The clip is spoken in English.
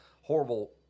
horrible